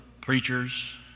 preachers